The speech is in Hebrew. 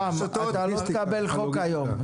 רם, אתה לא תקבל חוק היום.